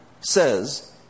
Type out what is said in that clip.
says